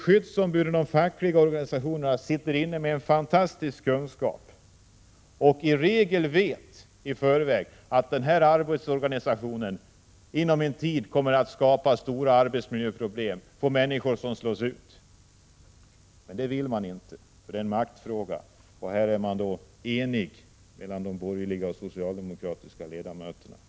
Skyddsombuden och de fackliga organisationerna sitter inne med en fantastisk kunskap och vet i regel i förväg att en viss arbetsorganisation inom en tid kommer att skapa stora arbetsmiljöproblem och att människor kommer att slås ut. Men utvidga skyddsombudens stoppningsrätt vill man inte, för det är en maktfråga— här är de borgerliga och de socialdemokratiska ledamöterna eniga.